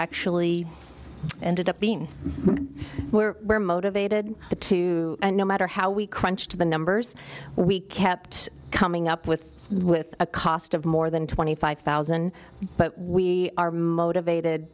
actually ended up being where we're motivated to and no matter how we crunched the numbers we kept coming up with with a cost of more than twenty five thousand but we are motivated